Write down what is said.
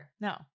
No